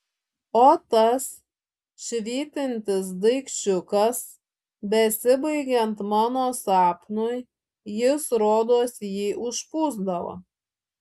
o tas švytintis daikčiukas besibaigiant mano sapnui jis rodos jį užpūsdavo